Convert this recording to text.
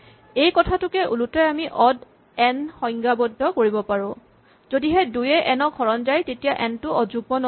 এই কথাটোকে ওলোটাই আমি অড এন সংজ্ঞাবদ্ধ কৰিব পাৰো যদি ২ য়ে এন ক হৰণ যায় তেতিয়া এন টো অযুগ্ম নহয়